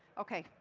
okay.